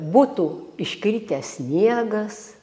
būtų iškritęs sniegas